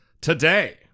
today